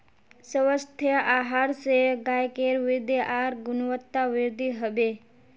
स्वस्थ आहार स गायकेर वृद्धि आर गुणवत्तावृद्धि हबे